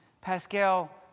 Pascal